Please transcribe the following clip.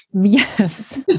Yes